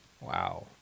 wow